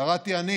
קראתי אני